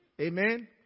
Amen